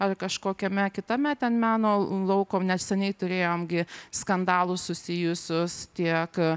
ar kažkokiame kitame ten meno lauko neseniai turėjom gi skandalus susijusius tiek